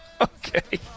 Okay